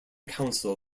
council